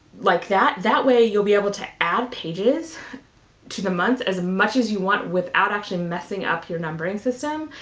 like that. that way, you'll be able to add pages to the month as much as you want without actually messing up your numbering system,